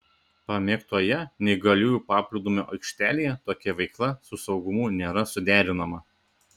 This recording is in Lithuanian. pamėgtoje neįgaliųjų paplūdimio aikštelėje tokia veikla su saugumu nėra suderinama